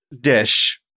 dish